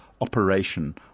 operation